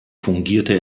fungierte